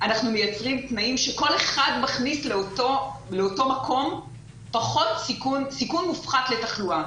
אנחנו מייצרים תנאים כאשר כל אחד מכניס לאותו מקום סיכון מופחת לתחלואה.